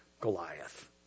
Goliath